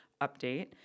update